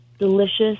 Delicious